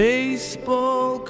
Baseball